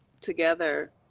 together